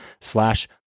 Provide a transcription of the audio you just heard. slash